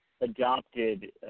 adopted